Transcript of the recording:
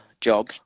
job